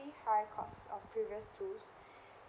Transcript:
high costs of previous tools